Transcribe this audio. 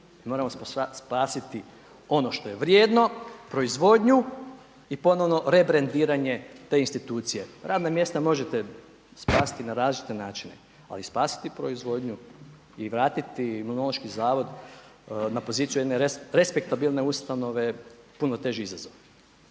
moramo spasiti ono što je vrijedno, proizvodnju i ponovno rebrendiranje te institucije. Radna mjesta možete spasiti na različite načine, ali spasiti proizvodnju i vratiti Imunološki zavod na poziciju jedne respektabilne ustanove puno teži izazov.